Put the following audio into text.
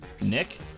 Nick